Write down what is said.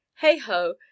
Hey-ho